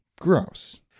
gross